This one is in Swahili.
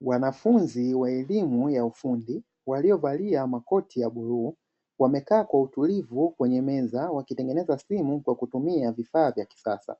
Wanafunzi wa elimu ya ufundi waliovalia makoti ya buluu wamekaa kwa utulivu kwenye meza wakitengeneza stimu kwa kutumia vifaa vya kisasa.